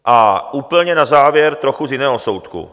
A úplně na závěr trochu z jiného soudku.